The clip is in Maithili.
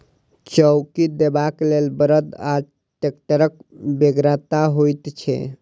चौकी देबाक लेल बड़द वा टेक्टरक बेगरता होइत छै